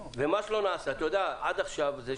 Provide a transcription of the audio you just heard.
נקבעה עמלה צולבת תוך כדי הפחתה, שזה דבר